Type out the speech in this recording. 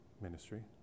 ministry